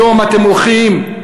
היום אתם הולכים,